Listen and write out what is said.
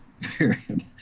period